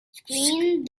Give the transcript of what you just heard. screen